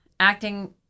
Acting